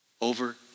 over